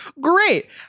great